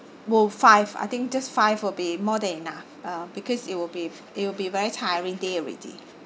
well five I think just five will be more than enough uh because it will be it will be very tiring day already